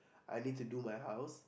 I need to do my house